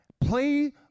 Play